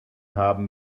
haben